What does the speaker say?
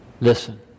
Listen